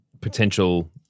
potential